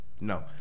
No